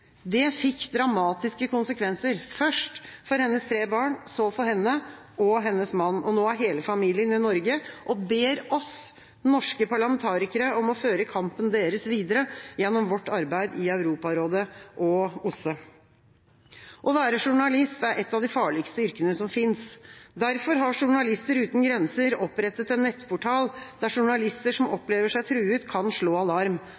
Det fikk dramatiske konsekvenser, først for hennes tre barn, så for henne og hennes mann. Nå er hele familien i Norge og ber oss, norske parlamentarikere, om å føre kampen deres videre gjennom vårt arbeid i Europarådet og OSSE. Å være journalist er et av de farligste yrkene som finnes. Derfor har Journalister uten grenser opprettet en nettportal der journalister som opplever seg truet, kan slå alarm.